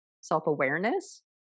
self-awareness